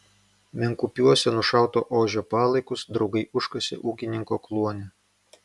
menkupiuose nušauto ožio palaikus draugai užkasė ūkininko kluone